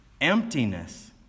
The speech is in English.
emptiness